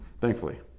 thankfully